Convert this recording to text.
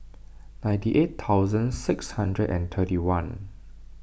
ninety eight thousand six hundred and thirty one